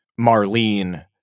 Marlene